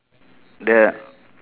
the